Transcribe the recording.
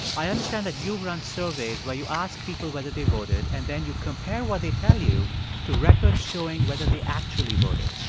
i understand that you've run surveys where you ask people whether they voted and then you compare what they tell you to records showing whether they actually voted.